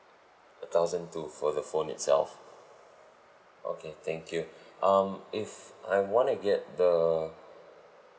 a thousand two for the phone itself okay thank you um if I want to get the